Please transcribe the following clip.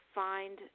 find –